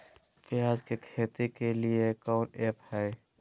प्याज के खेती के लिए कौन ऐप हाय?